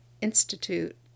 Institute